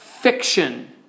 Fiction